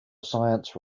science